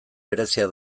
berezia